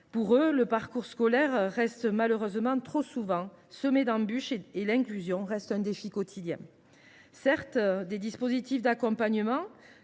dont le parcours scolaire est malheureusement trop souvent semé d’embûches et pour qui l’inclusion reste un défi quotidien. Certes, des dispositifs d’accompagnement